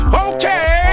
okay